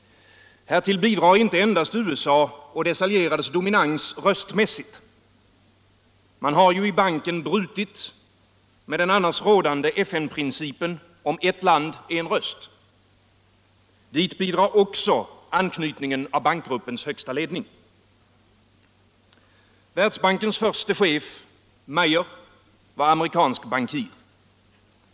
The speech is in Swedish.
Härtill bidrar inte endast USA:s och dess allierades dominans röstmässigt. Man har ju i banken brutit med den annars rådande FN-principen om ett land — en röst. Till detta bidrar också anknytningen av bankgruppens högsta ledning. Världsbankens förste chef, Meyer, var amerikansk bankir.